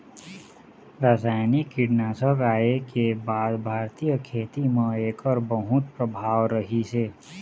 रासायनिक कीटनाशक आए के बाद भारतीय खेती म एकर बहुत प्रभाव रहीसे